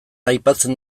aipatzen